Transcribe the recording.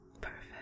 perfect